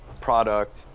product